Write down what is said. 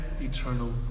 eternal